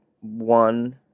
one